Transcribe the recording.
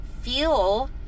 feel